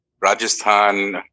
Rajasthan